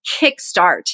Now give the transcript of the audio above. kickstart